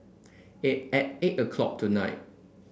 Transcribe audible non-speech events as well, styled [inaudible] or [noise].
[unintelligible] at eight o'clock tonight